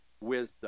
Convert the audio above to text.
wisdom